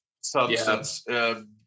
substance